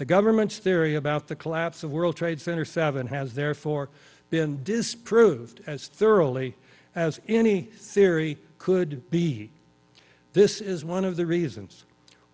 the government's theory about the collapse of world trade center seven has therefore been disproved as thoroughly as any theory could be this is one of the reasons